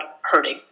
hurting